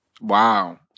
Wow